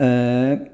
ऐं